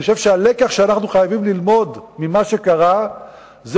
אני חושב שהלקח שאנחנו חייבים ללמוד ממה שקרה הוא